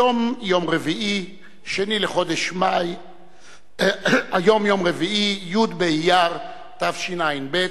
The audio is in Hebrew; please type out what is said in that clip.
היום יום רביעי, י' באייר תשע"ב,